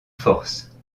force